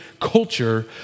culture